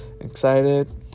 excited